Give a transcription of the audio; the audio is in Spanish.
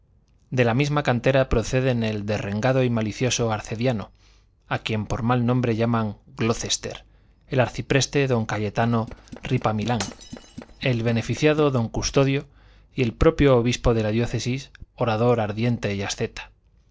de la misma cantera proceden el derrengado y malicioso arcediano a quien por mal nombre llaman glocester el arcipreste don cayetano ripamilán el beneficiado d custodio y el propio obispo de la diócesis orador ardiente y asceta